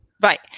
Right